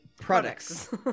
products